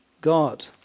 God